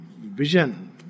vision